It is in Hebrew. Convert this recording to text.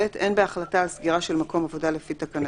אין בהחלטה על סגירה של מקום עבודה לפי תקנה